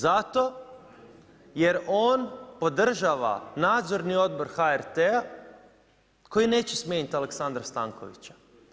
Zato jer on podržava nadzorni odbor HRT-a koji neće smijeniti Aleksandra Stankovića.